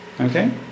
okay